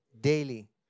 daily